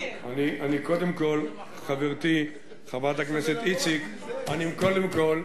קודם כול, חברתי חברת הכנסת איציק, קודם כול,